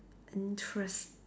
interest